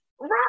right